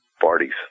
parties